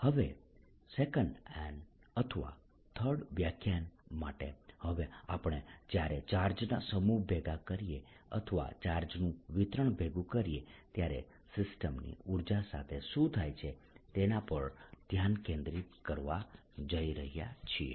હવે 2 અથવા 3 વ્યાખ્યાન માટે હવે આપણે જ્યારે ચાર્જના સમૂહ ભેગા કરીએ અથવા ચાર્જનું વિતરણ ભેગું કરીએ ત્યારે સિસ્ટમની ઊર્જા સાથે શું થાય છે તેના પર ધ્યાન કેન્દ્રિત કરવા જઈ રહ્યા છીએ